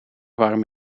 warm